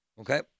okay